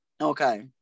Okay